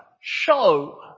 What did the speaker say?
Show